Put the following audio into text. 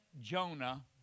Jonah